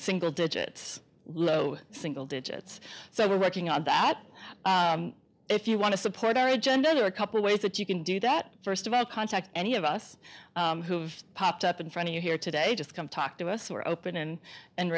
single digits low single digits so we're working on that if you want to support our agenda or a couple ways that you can do that first of all contact any of us who have popped up in front of you here today just come talk to us were open and and